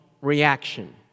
reaction